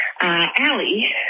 Allie